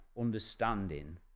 understanding